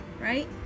right